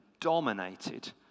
dominated